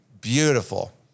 beautiful